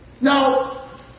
Now